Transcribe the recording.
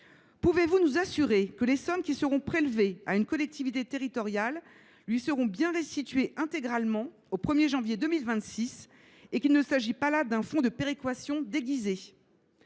Pouvez vous nous assurer que les sommes qui seront prélevées à une collectivité territoriale lui seront bien restituées intégralement au 1 janvier 2026, et qu’il ne s’agit pas d’un fonds de péréquation déguisée ?